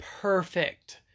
perfect